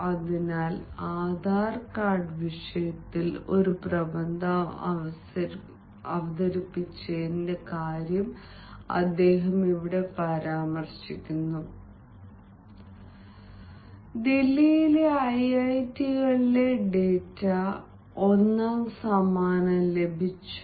അതിനാൽ ആധാർ കാർഡ് വിഷയത്തിൽ ഒരു പ്രബന്ധം അവതരിപ്പിച്ച കാര്യം അദ്ദേഹം പരാമർശിക്കുന്നു ദില്ലിയിലെ ഐഐടിയിലെ ഡാറ്റ ഒന്നാം സമ്മാനം ലഭിച്ചു